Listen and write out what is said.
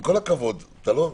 עם כל הכבוד, אתה לא מקשיב.